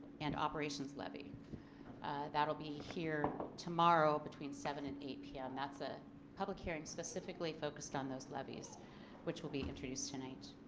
and operations levy that will be here tomorrow between seven and eight p m. that's a public hearing specifically focused on those levies which will be introduced tonight